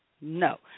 No